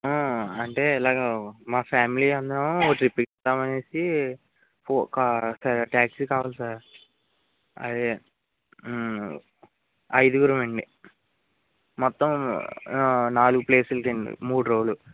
అంటే ఇలాగా మా ఫ్యామిలీ అందరము ట్రిప్పింగ్ వేద్దాం అనేసి ఫో కా టాక్సీ కావాలి సార్ అదే ఐదుగురం అండి మొత్తం నాలుగు ప్లేస్లు మూడు రోజులు